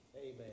Amen